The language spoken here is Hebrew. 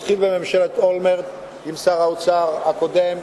זה התחיל בממשלת אולמרט עם שר האוצר הקודם,